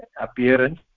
appearance